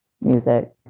Music